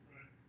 Right